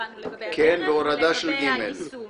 והורדה של (ג).